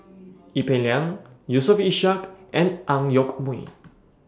Ee Peng Liang Yusof Ishak and Ang Yoke Mooi